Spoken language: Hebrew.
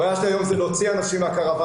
הבעיה שלי היום זה להוציא אנשים מהקרוואנים